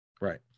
right